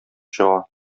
чыга